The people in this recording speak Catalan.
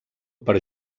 per